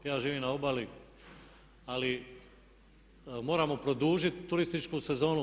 Ja živim na obali, ali moramo produžit turističku sezonu.